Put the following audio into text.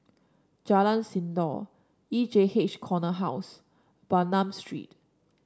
Jalan Sindor E J H Corner House Bernam Street